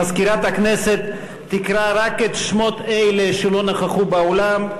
מזכירת הכנסת תקרא רק את שמות אלה שלא נכחו באולם,